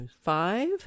five